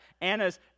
Anna's